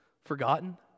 forgotten